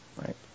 right